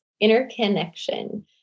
interconnection